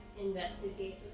investigate